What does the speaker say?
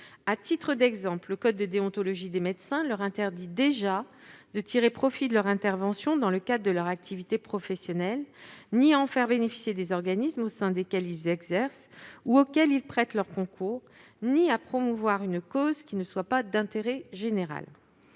Pour rappel, le code de déontologie des médecins leur interdit déjà de tirer profit de leur intervention dans le cadre de leur activité professionnelle, d'en faire bénéficier des organismes au sein desquels ils exercent ou auxquels ils prêtent leur concours, voire de promouvoir une cause qui ne soit pas d'intérêt général.